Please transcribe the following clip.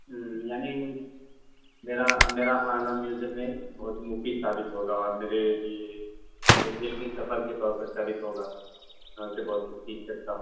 یعنی میرا میرا آنا میوزیم میں بہت مفید ثابت ہوگا اور میرے لیے ایک علمی سفر کے طور پر ثابت ہوگا میں اس سے بہت کچھ سیکھ سکتا ہوں